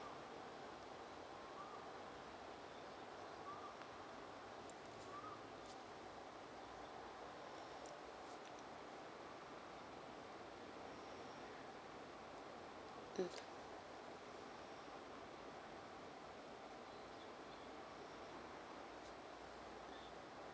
mm